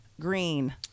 green